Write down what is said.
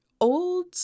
old